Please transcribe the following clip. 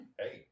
hey